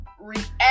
react